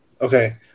Okay